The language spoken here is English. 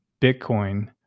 Bitcoin